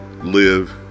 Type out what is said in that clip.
live